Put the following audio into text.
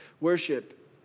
worship